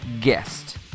guest